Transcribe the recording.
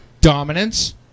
dominance